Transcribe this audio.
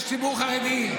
יש ציבור חרדי,